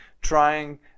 trying